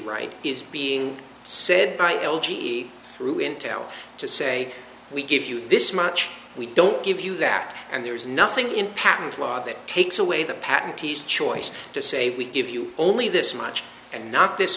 right is being said by l g e through intel to say we give you this much we don't give you that and there's nothing in patent law that takes away the patent he's choice to say we give you only this much and not this